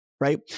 Right